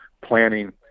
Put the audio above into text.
planning